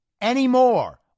anymore